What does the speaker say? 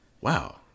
wow